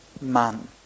man